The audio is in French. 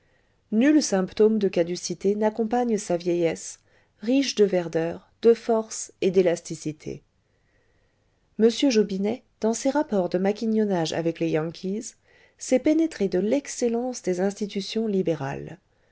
nul symptôme de caducité n'accompagne sa vieillesse riche de verdeur de force et d'élasticité m jobinet dans ses rapports de maquignonnage avec les yankees s'est pénétré de l'excellence des institutions libérales